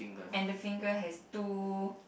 and the finger has two